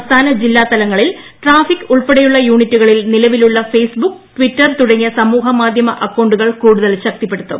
സംസ്ഥാന ജില്ലാ തലങ്ങളിൽ ട്രാഫിക് ഉൾപ്പെടെയുള്ള യൂണിറ്റുകളിൽ നിലവിലുള്ള ഫെയ്സ് ബുക്ക് ടിറ്റർ തുടങ്ങിയ സാമൂഹ്യ മാധ്യമ അക്കൌണ്ടുകൾ കൂടുതൽ ശക്തിപ്പെടുത്തും